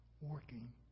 working